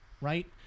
right